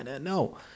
No